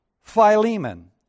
Philemon